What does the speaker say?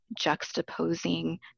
juxtaposing